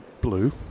blue